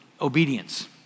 obedience